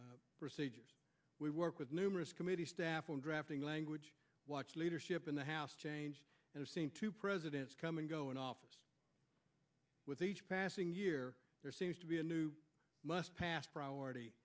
same procedures we work with numerous committee staff on drafting language watch leadership in the house change and i've seen two presidents come and go in office with each passing year there seems to be a new must pass priority